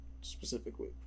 specifically